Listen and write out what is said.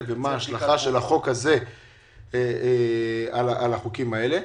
ומה ההשלכה של החוק הזה על החוקים האלה,